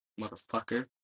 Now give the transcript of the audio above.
motherfucker